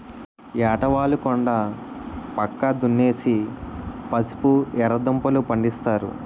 ఏటవాలు కొండా పక్క దున్నేసి పసుపు, ఎర్రదుంపలూ, పండిస్తారు